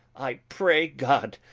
i pray god,